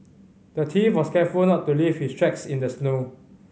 the thief was careful not to leave his tracks in the snow